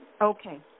Okay